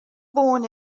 born